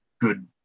good